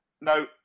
Now